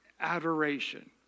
adoration